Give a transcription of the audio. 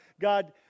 God